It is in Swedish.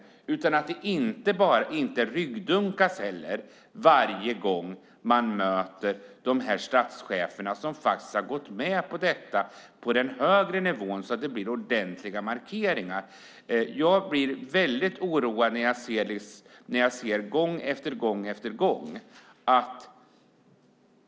Det får inte bara handla om ryggdunkningar varje gång man möter de statschefer som faktiskt godkänt diskrimineringen. Det måste bli ordentliga markeringar också på den höga nivån.